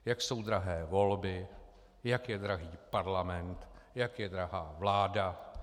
Jak jsou drahé volby, jak je drahý parlament, jak je drahá vláda.